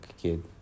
kid